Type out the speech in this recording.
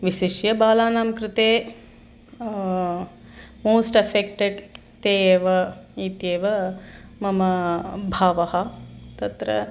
विशिष्य बालानां कृते मोस्ट् अफ़ेक्टेड् ते एव इत्येव मम भावः तत्र